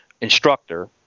instructor